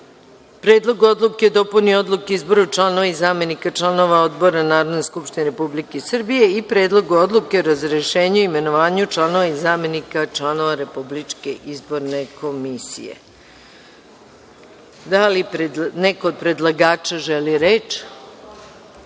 Predlogu odluke o dopuni Odluke o izboru članova i zamenika članova odbora Narodne skupštine Republike Srbije i Predlogu odluke o razrešenju i imenovanju članova i zamenika članova Republičke izborne komisije. Da li neko od predlagača želi reč?